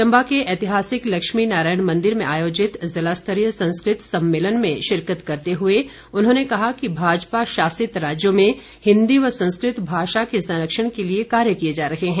चम्बा के ऐतिहासिक लक्ष्मी नारायण मंदिर में आयोजित ज़िलास्तरीय संस्कृत सम्मेलन में शिरकत करते हुए उन्होंने कहा कि भाजपा शासित राज्यों में हिन्दी व संस्कृत भाषा के संरक्षण के लिए कार्य किए जा रहे हैं